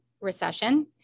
recession